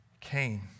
Cain